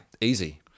easy